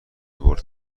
برد